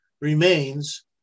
remains